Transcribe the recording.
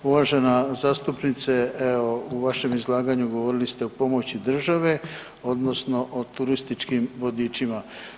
Uvažena zastupnice evo u vašem izlaganju govorili ste o pomoći države odnosno o turističkim vodičima.